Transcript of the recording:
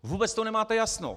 Vůbec v tom nemáte jasno!